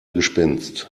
gespenst